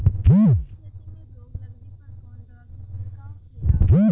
भिंडी की खेती में रोग लगने पर कौन दवा के छिड़काव खेला?